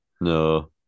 No